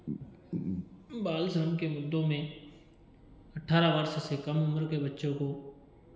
बालश्रम के मुद्दों में अठारह वर्ष से कम उम्र के बच्चों को